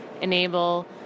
enable